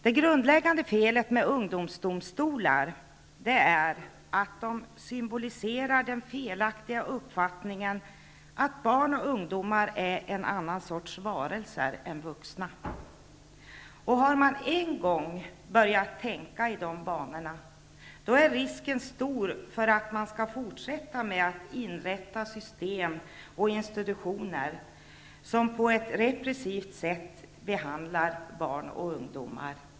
Det grundläggande felet med ungdomsdomstolar är att de symboliserar den felaktiga uppfattningen att barn och ungdomar är en annan sorts varelser än vuxna. Har man en gång börjat tänka i de banorna, är risken stor för att man skall fortsätta med att inrätta system och institutioner som på ett repressivt sätt särbehandlar barn och ungdomar.